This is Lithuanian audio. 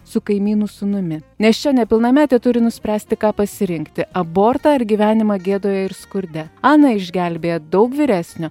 su kaimynų sūnumi nes čia nepilnametė turi nuspręsti ką pasirinkti abortą ar gyvenimą gėdoje ir skurde aną išgelbėja daug vyresnio